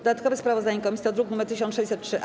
Dodatkowe sprawozdanie komisji to druk nr 1603-A.